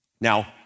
Now